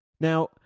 Now